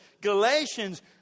Galatians